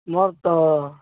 ମୋର ତ